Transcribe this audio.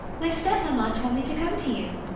my step-mamma told me to come to you.